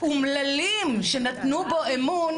לאומללים שנתנו בו אמון: